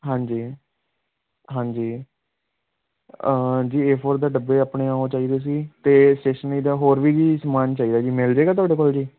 ਹਾਂਜੀ ਹਾਂਜੀ ਜੀ ਏ ਫੋਰ ਦੇ ਡੱਬੇ ਆਪਣੇ ਉਹ ਚਾਹੀਦੇ ਸੀ ਅਤੇ ਸਟੇਸ਼ਨਰੀ ਦਾ ਹੋਰ ਵੀ ਜੀ ਸਮਾਨ ਚਾਹੀਦਾ ਜੀ ਮਿਲ ਜਾਵੇਗਾ ਤੁਹਾਡੇ ਕੋਲ ਜੀ